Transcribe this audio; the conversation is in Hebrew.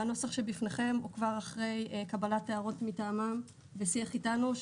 הנוסח שבפניכם הוא כבר אחרי קבלת הערות מטעמם ושיח איתנו.